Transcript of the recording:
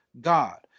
God